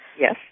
Yes